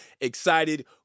Excited